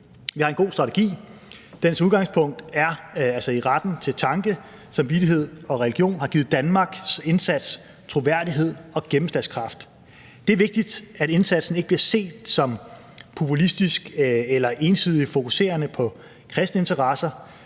Vi har en god strategi, og dens udgangspunkt, altså i retten for tanke, samvittighed og religion, har givet Danmarks indsats troværdighed og gennemslagskraft. Det er vigtigt, at indsatsen ikke bliver set som populistisk eller ensidigt fokuserende på kristeninteresser